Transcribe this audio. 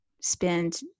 spend